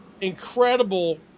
incredible –